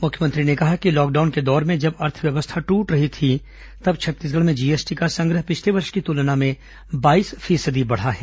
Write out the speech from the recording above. मुख्यमंत्री ने कहा कि लॉकडाउन के दौर में जब अर्थव्यवस्था टूट रही थी तब छत्तीसगढ़ में जीएसटी का संग्रह पिछले वर्ष की तुलना में बाईस फीसदी बढ़ा है